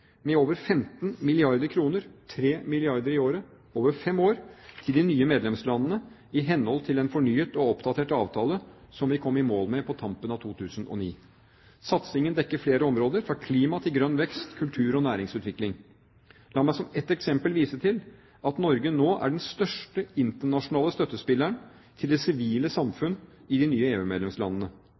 med over 15 milliarder kr – 3 milliarder kr i året – over fem år til de nye medlemslandene i henhold til en fornyet og oppdatert avtale som vi kom i mål med på tampen av 2009. Satsingen dekker flere områder, fra klima til grønn vekst, kultur og næringsutvikling. La meg som ett eksempel vise til at Norge nå er den største internasjonale støttespilleren til det sivile samfunn i de nye